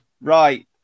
right